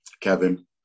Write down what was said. Kevin